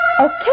Okay